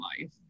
life